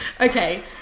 Okay